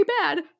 bad